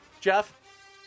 Jeff